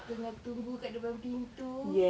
tengah tunggu dekat depan pintu